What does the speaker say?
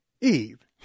Eve